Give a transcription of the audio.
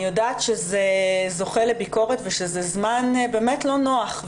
אני יודעת שזה זוכה לביקורת ושזה זמן באמת לא נוח,